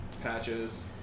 patches